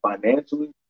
financially